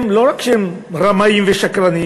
לא רק שהם רמאים ושקרנים,